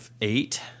eight